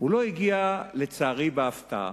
הגיע לצערי בהפתעה.